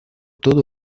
todo